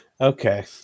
Okay